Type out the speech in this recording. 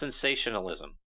sensationalism